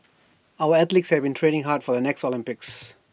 our athletes have been training hard for the next Olympics